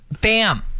bam